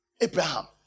Abraham